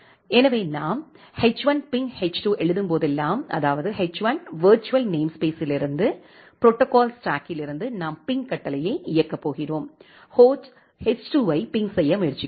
எனவே நாம் H one ping H two எழுதும் போதெல்லாம் அதாவது எச்1 விர்ச்சுவல் நேம்ஸ்பேஸ்ஸில் இருந்து ப்ரோடோகால் ஸ்டாக்கில் இருந்து நாம் பிங் கட்டளையை இயக்கப் போகிறோம் ஹோஸ்ட் எச்2 ஐ பிங் செய்ய முயற்சிக்கிறோம்